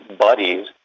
buddies